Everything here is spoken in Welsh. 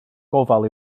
gofal